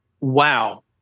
wow